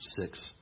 six